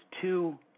two